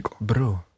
bro